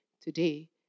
today